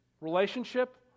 Relationship